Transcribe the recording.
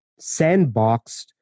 sandboxed